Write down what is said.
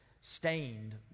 stained